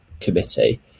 committee